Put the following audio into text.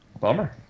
Bummer